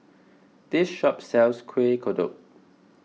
this shop sells Kueh Kodok